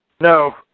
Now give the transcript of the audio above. No